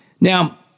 Now